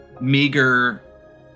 Meager